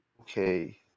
Okay